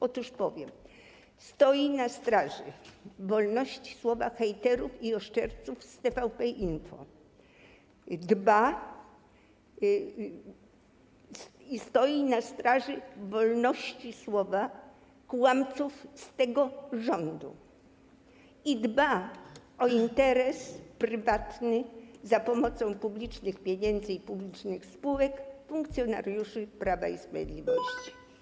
Otóż powiem: stoi na straży wolności słowa hejterów i oszczerców z TVP Info, stoi na straży wolności słowa kłamców z tego rządu i dba o interes prywatny za pomocą publicznych pieniędzy i publicznych spółek funkcjonariuszy Prawa i Sprawiedliwości.